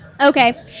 Okay